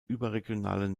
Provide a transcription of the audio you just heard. überregionalen